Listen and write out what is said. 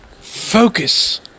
focus